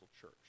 church